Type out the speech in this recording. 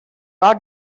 raw